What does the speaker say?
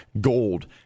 gold